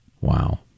Wow